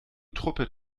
truppe